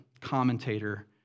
commentator